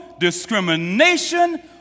Discrimination